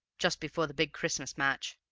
just before the big christmas match,